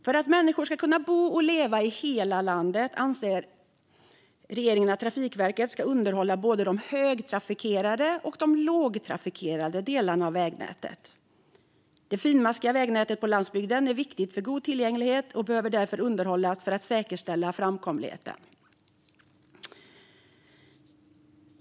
För att människor ska kunna bo och leva i hela landet anser regeringen att Trafikverket ska underhålla både de högtrafikerade och de lågtrafikerade delarna av vägnätet. Det finmaskiga vägnätet på landsbygden är viktigt för god tillgänglighet och behöver därför underhållas för att säkerställa framkomligheten.